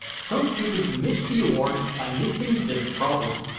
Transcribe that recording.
some students missed the award by missing this problem.